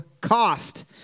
cost